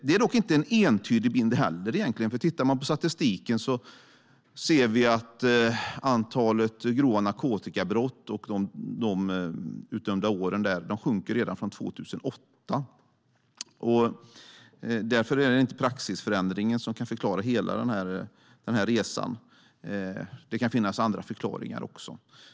Det är dock inte en entydig bild, för tittar man på statistiken ser man att antalet grova narkotikabrott och de utdömda åren sjunker redan från 2008. Därför kan inte praxisförändringen förklara hela den här resan. Det kan finnas andra förklaringar också.